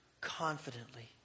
confidently